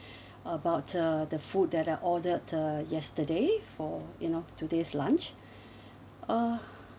about uh the food that I ordered the yesterday for you know today's lunch uh